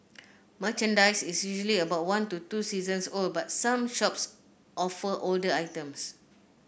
merchandise is usually about one to two seasons old but some shops offer older items